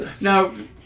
Now